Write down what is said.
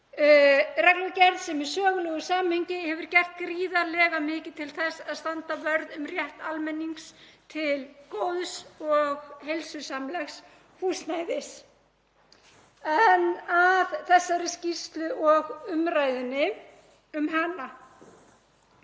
reglugerð sem í sögulegu samhengi hefur gert gríðarlega mikið til þess að standa vörð um rétt almennings til góðs og heilsusamlegs húsnæðis. En að þessari skýrslu og umræðunni um hana.